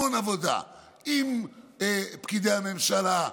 המון עבודה עם פקידי הממשלה,